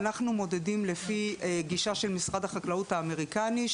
אנחנו מודדים לפי גישה של משרד החקלאות האמריקני,